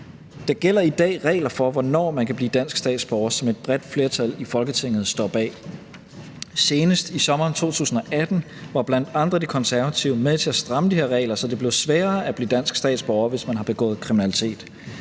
Der gælder i dag regler for, hvornår man kan blive dansk statsborger, som et bredt flertal i Folketinget står bag. Senest i sommeren 2018 var blandt andre De Konservative med til at stramme de her regler, så det blev sværere at blive dansk statsborger, hvis man har begået kriminalitet.